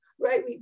right